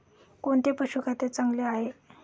कोणते पशुखाद्य चांगले आहे?